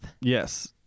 yes